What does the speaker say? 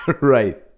right